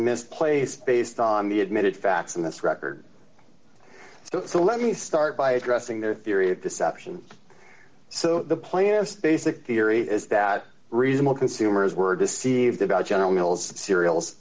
misplaced based on the admitted facts in this record so let me start by addressing their theory of deception so the plants basic theory is that reasonable consumers were deceived about general mills cereals